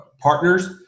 partners